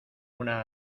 una